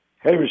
Hey